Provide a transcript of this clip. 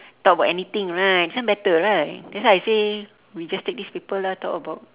talk about anything right this one better right that's why I say we just take this paper lah talk about